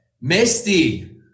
Misty